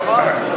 חבל.